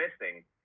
missing